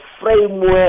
framework